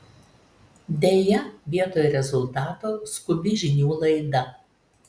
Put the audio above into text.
deja vietoj rezultato skubi žinių laida